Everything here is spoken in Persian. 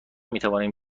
میتوانیم